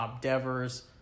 Devers